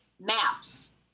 maps